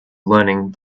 learning